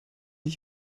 ich